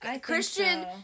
Christian